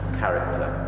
character